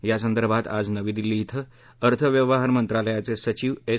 यासंदर्भात आज नवी दिल्ली इथं अर्थ व्यवहार मंत्रालयाचे सचिव एस